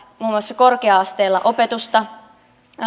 muun muassa korkea asteella opetusta